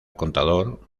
contador